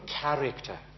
character